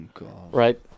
right